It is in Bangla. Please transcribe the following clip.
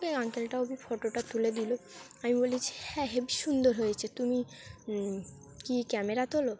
ওই আঙ্কেলটাও ফটোটা তুলে দিল আমি বলি যে হ্যাঁ হেবি সুন্দর হয়েছে তুমি কী ক্যামেরা তোলো